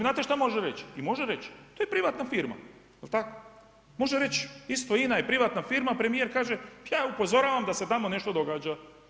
Znate šta može reći i može reći, to je privatna firma jel tako, može reći isto INA je privatna firma, premijer kaže ja upozoravam da se tamo nešto događa.